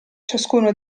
ciascuno